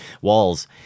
Walls